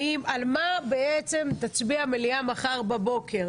על מה בעצם תצביע המליאה מחר בבוקר?